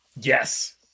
Yes